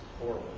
Horrible